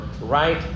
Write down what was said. right